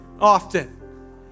often